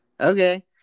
okay